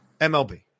MLB